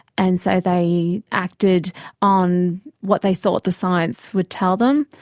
and so they acted on what they thought the science would tell them,